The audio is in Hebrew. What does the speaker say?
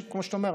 כמו שאתה אומר,